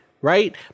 right